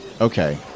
Okay